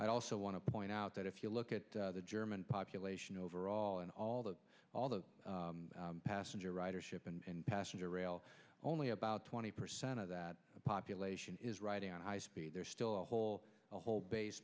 i also want to point out that if you look at the german population overall in all the all the passenger ridership and passenger rail only about twenty percent of that population is riding on high speed there's still a whole a whole